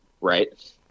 Right